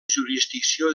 jurisdicció